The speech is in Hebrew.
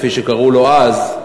כפי שקראו לו אז,